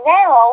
now